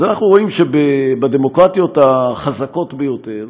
אז אנחנו רואים שבדמוקרטיות החזקות ביותר,